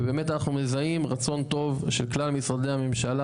ובאמת אנחנו מזהים רצון טוב של כלל משרדי הממשלה